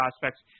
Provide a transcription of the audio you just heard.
prospects